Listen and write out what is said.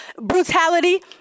brutality